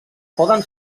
poden